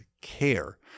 care